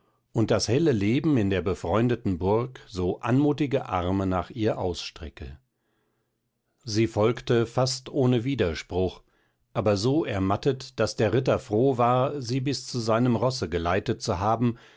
und das helle leben in der befreundeten burg so anmutige arme nach ihr ausstrecke sie folgte fast ohne widerspruch aber so ermattet daß der ritter froh war sie bis zu seinem rosse geleitet zu haben